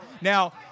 Now